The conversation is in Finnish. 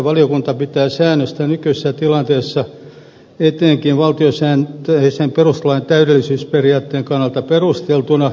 valiokunta pitää säännöstä nykyisessä tilanteessa etenkin valtiosääntöisen perustuslain täydellisyysperiaatteen kannalta perusteltuna